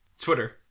Twitter